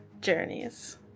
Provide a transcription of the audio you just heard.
journeys